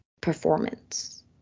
performance